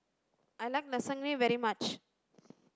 I like Lasagne very much